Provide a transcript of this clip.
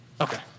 Okay